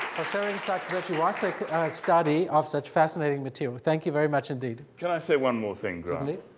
for sharing such virtuisic study of such fascinating material. thank you very much indeed. can i say one more thing?